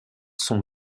sont